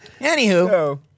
Anywho